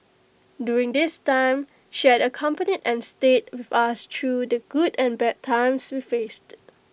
during this time she has accompanied and stayed with us through the good and bad times we faced